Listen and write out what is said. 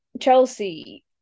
Chelsea